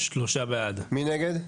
מי נגד?